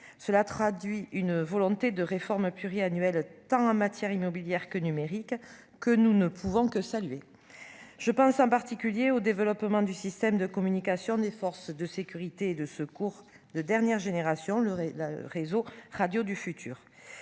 cela traduit une volonté de réforme pluri-tant en matière immobilière que numérique que nous ne pouvons que saluer, je pense en particulier au développement du système de communication des forces de sécurité et de secours de dernière génération, le le réseau radio du futur,